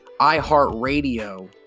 iHeartRadio